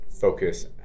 focus